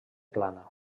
plana